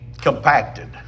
compacted